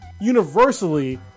universally